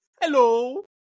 Hello